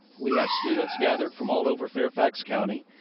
we have students gathered from all over fairfax county,